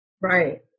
Right